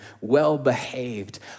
well-behaved